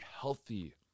healthy